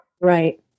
Right